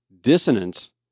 Dissonance